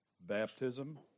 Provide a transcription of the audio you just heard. Baptism